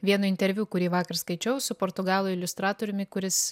vieno interviu kurį vakar skaičiau su portugalų iliustratoriumi kuris